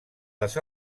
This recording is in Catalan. les